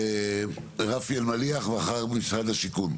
רפי אלמליח ואחר כך משרד השיכון.